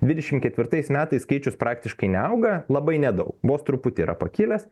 dvidešim ketvirtais metais skaičius praktiškai neauga labai nedaug vos truputį yra pakilęs